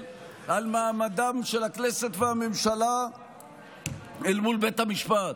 על מעמדן של הכנסת והממשלה אל מול בית המשפט,